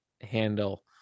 handle